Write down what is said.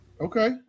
Okay